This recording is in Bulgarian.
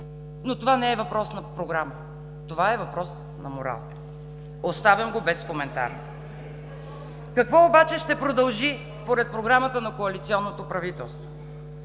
Но това не е въпрос на програма, това е въпрос на морал. (Шум и реплики от ГЕРБ.) Оставям го без коментар. Какво обаче ще продължи според програмата на коалиционното правителство?